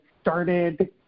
started